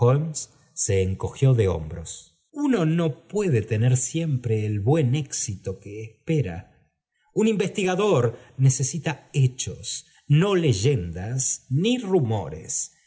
se encogió de hombros uno no puede tener siempre el buen éxito que espera un investigador necesita hechos no leyendas ni rumores